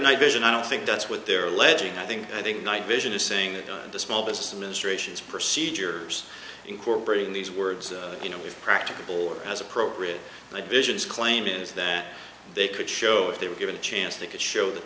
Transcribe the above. night vision i don't think that's what they're alleging i think i think night vision is saying the small business administration is procedures incorporating these words you know we practicable as appropriate my visions claim is that they could show if they were given a chance they could show that